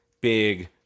big